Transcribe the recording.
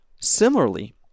Similarly